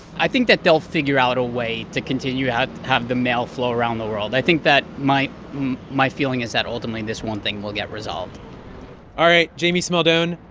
i think that they'll figure out a way to continue to have the mail flow around the world. i think that might my feeling is that, ultimately, this one thing will get resolved all right. jayme smaldone,